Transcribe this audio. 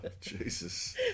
Jesus